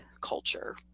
culture